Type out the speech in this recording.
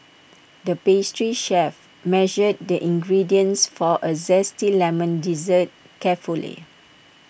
the pastry chef measured the ingredients for A Zesty Lemon Dessert carefully